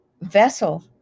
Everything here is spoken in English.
vessel